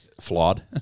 Flawed